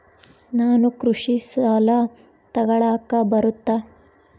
ನಾನು ಕೃಷಿ ಸಾಲ ತಗಳಕ ಬರುತ್ತಾ?